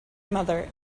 mother